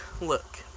Look